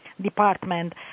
Department